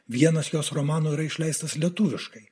vienas jos romanų yra išleistas lietuviškai